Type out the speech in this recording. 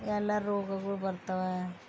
ಎಲ್ಲ ರೋಗಗಳು ಬರ್ತಾವ